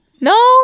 no